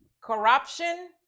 corruption